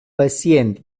pacient